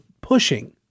pushing